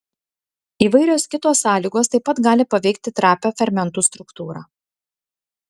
įvairios kitos sąlygos taip pat gali paveikti trapią fermentų struktūrą